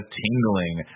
tingling